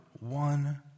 one